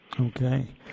Okay